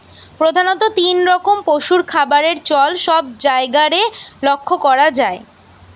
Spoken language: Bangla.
প্রধাণত তিন রকম পশুর খাবারের চল সব জায়গারে লক্ষ করা যায়